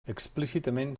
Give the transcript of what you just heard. explícitament